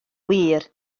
wir